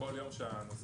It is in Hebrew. כל יום שהמצב